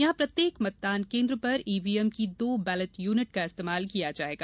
यहां प्रत्येक मतदान केंद्र पर ईवीएम की दो बैलेट युनिट का इस्तेमाल किया जायेगा